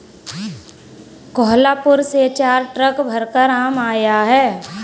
कोहलापुर से चार ट्रक भरकर आम आया है